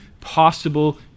possible